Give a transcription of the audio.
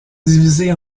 divisée